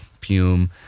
pume